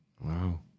Wow